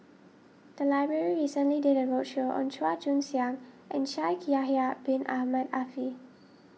the library recently did a roadshow on Chua Joon Siang and Shaikh Yahya Bin Ahmed Afifi